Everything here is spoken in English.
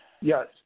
Yes